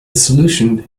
solution